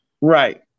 Right